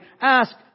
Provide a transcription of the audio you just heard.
Ask